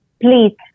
please